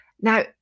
Now